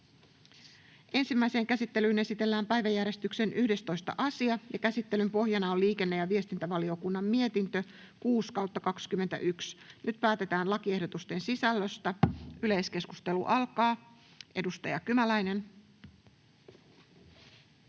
Ensimmäiseen käsittelyyn esitellään päiväjärjestyksen 11. asia. Käsittelyn pohjana on liikenne- ja viestintävaliokunnan mietintö LiVM 6/2021 vp. Nyt päätetään lakiehdotusten sisällöstä. — Edustaja Kymäläinen.